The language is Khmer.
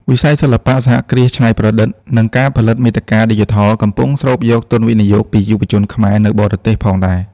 វិស័យសិល្បៈ សហគ្រាសច្នៃប្រឌិត និងការផលិតមាតិកាឌីជីថល ក៏កំពុងស្រូបយកទុនវិនិយោគពីយុវជនខ្មែរនៅបរទេសផងដែរ។